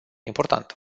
important